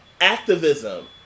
Activism